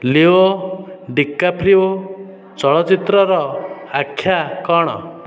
Leo DiCaprio ଚଳଚ୍ଚିତ୍ରର ଆଖ୍ୟା କଣ